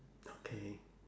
okay